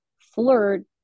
flirt